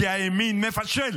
כי הימין מפשל.